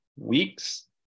weeks